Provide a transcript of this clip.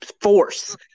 force